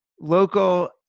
local